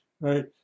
right